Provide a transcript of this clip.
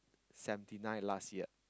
seventy nine last year